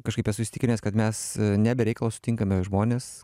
kažkaip esu įsitikinęs kad mes ne be reikalo sutinkame žmones